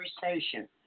conversation